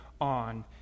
on